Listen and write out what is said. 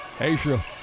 Asia